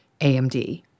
AMD